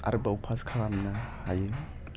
आरोबाव पास खालामनो हायो